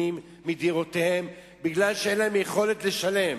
מדירותיהם בגלל שאין להם יכולת לשלם?